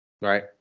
Right